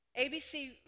ABC